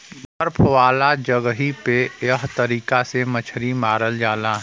बर्फ वाला जगही पे एह तरीका से मछरी मारल जाला